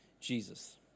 jesus